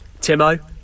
Timo